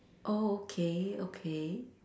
oh okay okay